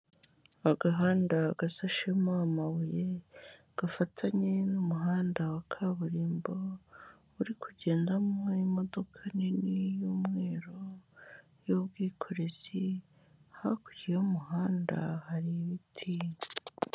Agahanda gasashemu amabuye, gafatanye n'umuhanda wa kaburimbo uri kugendamo imodoka nini y'umweru y'ubwikorezi, hakurya y'umuhanda hari ibiti.